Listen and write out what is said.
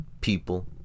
people